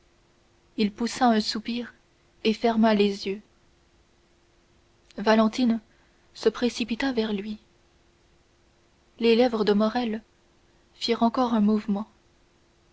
il poussa un soupir et ferma les yeux valentine se précipita vers lui les lèvres de morrel firent encore un mouvement